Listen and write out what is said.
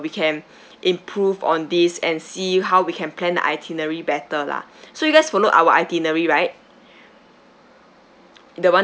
we can improve on this and see how we can plan the itinerary better lah so you guys follow our itinerary right the [one]